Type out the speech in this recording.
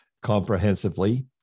comprehensively